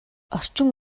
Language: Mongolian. орчин